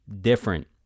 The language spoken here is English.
different